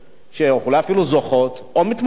שאולי אפילו זוכות, או מתמודדות,